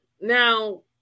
Now